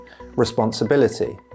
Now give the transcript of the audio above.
responsibility